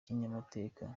kinyamateka